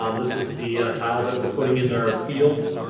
um this is the tile that we're putting in our fields.